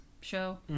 show